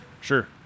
sure